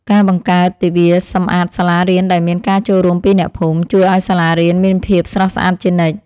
ការបង្កើតទិវាសម្អាតសាលារៀនដោយមានការចូលរួមពីអ្នកភូមិ ជួយឱ្យសាលារៀនមានភាពស្រស់ស្អាតជានិច្ច។